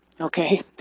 okay